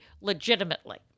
legitimately